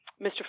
Mr